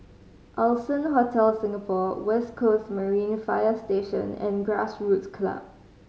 Allson Hotel Singapore West Coast Marine Fire Station and Grassroots Club